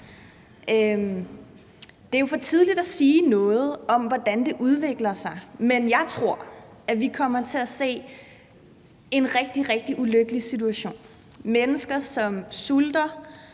Det er jo for tidligt at sige noget om, hvordan det udvikler sig, men jeg tror, at vi kommer til at se en rigtig, rigtig ulykkelig situation – mennesker, som sulter,